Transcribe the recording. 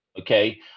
okay